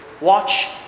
watch